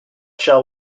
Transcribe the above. shall